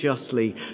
justly